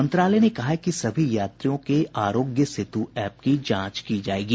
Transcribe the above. मंत्रालय ने कहा है कि सभी यात्रियों के आरोग्य सेतू ऐप की जांच की जाएगी